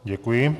Děkuji.